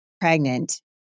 pregnant